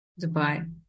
Dubai